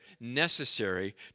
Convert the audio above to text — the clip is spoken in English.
necessary